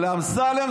אבל אמסלם,